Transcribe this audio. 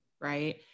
right